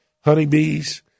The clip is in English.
honeybees